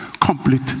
Complete